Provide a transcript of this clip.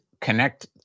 connect